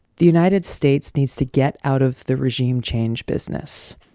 the united states needs to get out of the regime change business.